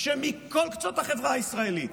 כשמכל קצות החברה הישראלית,